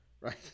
right